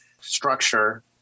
structure